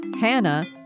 Hannah